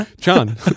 John